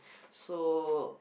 so